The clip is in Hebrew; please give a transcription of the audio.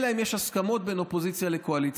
אלא אם כן יש הסכמות בין אופוזיציה לקואליציה.